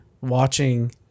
watching